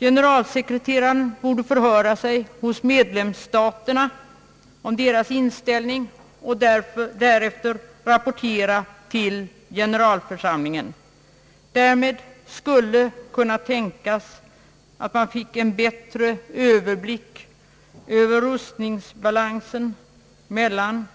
Generalsekreteraren borde förhöra sig hos medlemsstaterna om deras inställ ning och därefter rapportera till generalförsamlingen. Det kunde tänkas att man därmed fick en bättre överblick över rustningsbalansen mellan